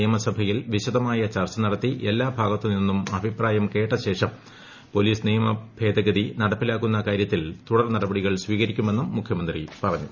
നിയമസഭയിൽ വിശദമായ ചർച്ച നടത്തി എല്ലാ ഭാഗത്തുനിന്നും അഭിപ്രായം കേട്ട ശേഷം പോലീസ് നിയമ ഭേദഗതി നടപ്പാക്കുന്ന കാര്യത്തിൽ തുടർ നടപടികൾ സ്വീകരിക്കുമെന്നും മുഖ്യമന്ത്രി പറഞ്ഞു